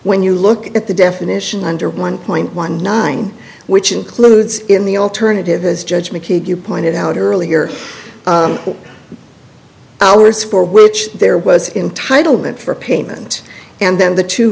when you look at the definition under one point one nine which includes in the alternative his judgment kid you pointed out earlier hours for which there was entitle meant for payment and then the two